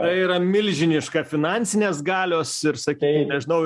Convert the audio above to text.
tai yra milžiniška finansinės galios ir sakei nežinau